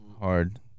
hard